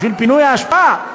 בשביל פינוי האשפה?